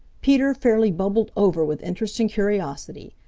peter fairly bubbled over with interest and curiosity.